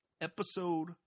Episode